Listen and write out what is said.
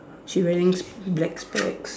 she's wearing s~ black specs